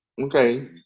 Okay